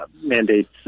mandates